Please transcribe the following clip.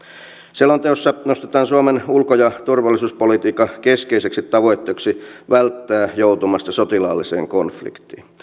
selonteossa nostetaan suomen ulko ja turvallisuuspolitiikan keskeiseksi tavoitteeksi välttää joutumasta sotilaalliseen konfliktiin